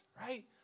right